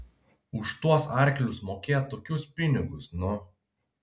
už tuos arklius mokėt tokius pinigus nu